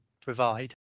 provide